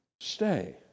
stay